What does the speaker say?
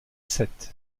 seth